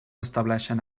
estableixen